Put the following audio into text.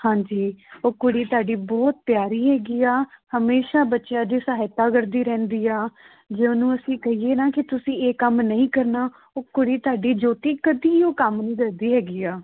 ਹਾਂਜੀ ਉਹ ਕੁੜੀ ਤੁਹਾਡੀ ਬਹੁਤ ਪਿਆਰੀ ਹੈਗੀ ਆ ਹਮੇਸ਼ਾਂ ਬੱਚਿਆਂ ਦੀ ਸਹਾਇਤਾ ਕਰਦੀ ਰਹਿੰਦੀ ਆ ਜੇ ਉਹਨੂੰ ਅਸੀਂ ਕਹੀਏ ਨਾ ਕਿ ਤੁਸੀਂ ਇਹ ਕੰਮ ਨਹੀਂ ਕਰਨਾ ਉਹ ਕੁੜੀ ਤੁਹਾਡੀ ਜੋਤੀ ਕਦੇ ਉਹ ਕੰਮ ਨਹੀਂ ਕਰਦੀ ਹੈਗੀ ਆ